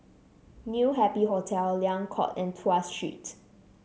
New Happy Hotel Liang Court and Tuas Street